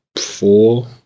four